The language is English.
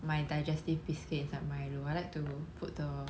my digestive biscuits and Milo I like to put the